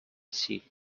seat